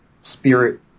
spirit